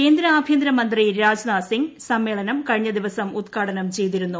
കേന്ദ്ര ആഭൃന്തര മന്ത്രി രാജ്നാഥ് സിംഗ് സ്റ്മേളനം കഴിഞ്ഞദിവസം ഉദ്ഘാടനം ചെയ്തിരുന്നു